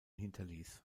hinterließ